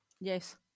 yes